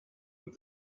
with